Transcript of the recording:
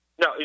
No